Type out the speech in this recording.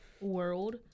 world